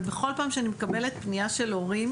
ובכל פעם שאני מקבלת פנייה של הורים